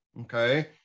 Okay